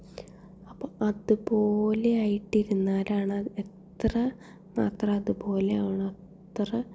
അപ്പോൾ അതുപോലെ ആയിട്ടിരുന്നാലാണ് എത്ര മാത്രം അതുപോലെ ആവണോ അത്ര